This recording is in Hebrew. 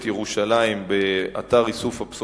רצוני לשאול: 1. עד מתי תוכל ירושלים להטמין אשפה באבו-דיס?